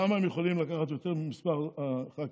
למה הם יכולים לקחת יותר ממספר הח"כים?